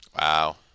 wow